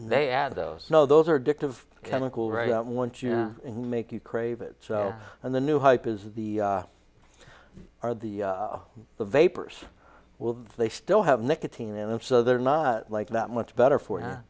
they add those no those are addictive chemical right once you make you crave it and the new hype is the are the the vapors well they still have nicotine in them so they're not like that much better for her